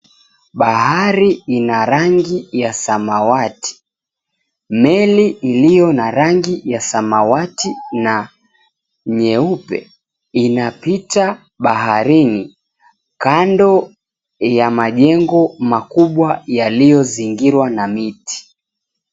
Bahari ina rangi ya samawati. Meli ilio na rangi ya samawati na nyeupe inapita baharini kando ya majengo makubwa yaliyozingirwa na miti.